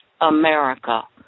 America